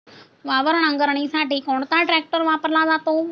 वावर नांगरणीसाठी कोणता ट्रॅक्टर वापरला जातो?